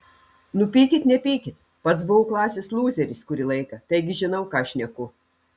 nu pykit nepykit pats buvau klasės lūzeris kurį laiką taigi žinau ką šneku